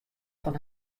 fan